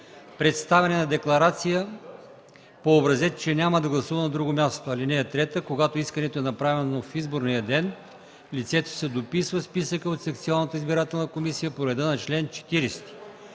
представяне на декларация по образец, че няма да гласува на друго място. (3) Когато искането е направено в изборния ден, лицето се дописва в списъка от секционната избирателна комисия по реда на чл. 40.”